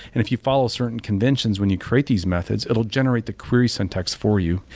if you follow certain conventions when you create these methods it will generate the queries and text for you.